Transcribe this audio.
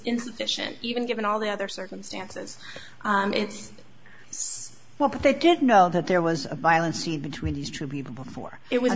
insufficient even given all the other circumstances it's what they did know that there was a violent scene between these two b before it was